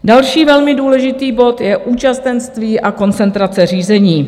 Další velmi důležitý bod je účastenství a koncentrace řízení.